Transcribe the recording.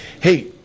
Hey